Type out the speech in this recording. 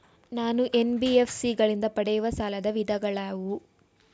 ನಾನು ಎನ್.ಬಿ.ಎಫ್.ಸಿ ಗಳಿಂದ ಪಡೆಯುವ ಸಾಲದ ವಿಧಗಳಾವುವು?